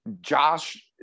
Josh